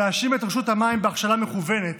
להאשים את רשות המים בהכשלה מכוונת,